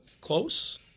close